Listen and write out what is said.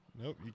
nope